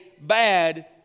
bad